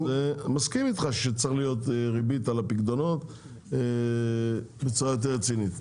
אז אני מסכים איתך שצריכה להיות ריבית על הפיקדונות בצורת יותר רצינית.